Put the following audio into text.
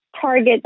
target